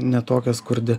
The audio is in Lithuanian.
ne tokia skurdi